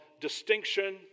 distinction